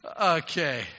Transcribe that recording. Okay